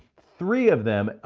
three of them,